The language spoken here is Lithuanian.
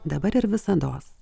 dabar ir visados